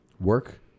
work